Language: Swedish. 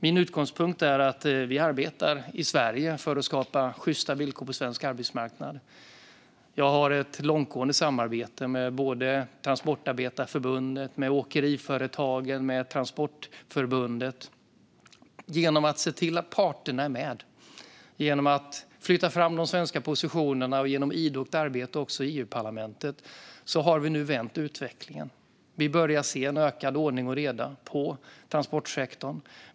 Min utgångspunkt är att vi arbetar i Sverige för att skapa sjysta villkor på svensk arbetsmarknad. Jag har ett långtgående samarbete med både Transportarbetareförbundet och åkeriföretagen. Genom att se till att parterna är med, genom att flytta fram de svenska positionerna och genom idogt arbete också i EU-parlamentet har vi nu vänt utvecklingen. Vi börjar se en ökad ordning och reda i transportsektorn.